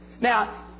Now